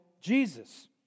Jesus